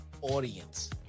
audience